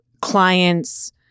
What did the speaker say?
clients